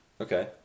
Okay